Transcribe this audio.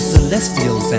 Celestial